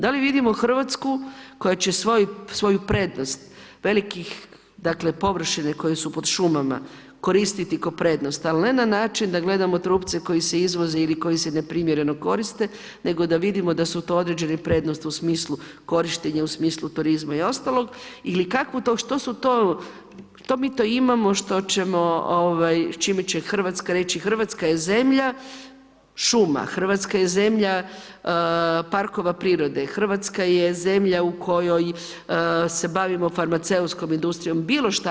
Da li vidimo Hrvatsku koja će svoju prednost velikih površina koje su pod šumama koristit kao prednost, ali ne na način da gledamo trupce koji se izvoze ili koji se neprimjereno koriste, nego da vidimo da su to određene prednosti u smislu korištenja, u smislu turizmu i ostalo ili što su to, što mi to imamo što ćemo, s čime će Hrvatska reći: Hrvatska je zemlja šuma, Hrvatska je zemlja parkova prirode, Hrvatska je zemlja u kojoj se bavimo farmaceutskom industrijom, bilo šta.